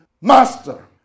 Master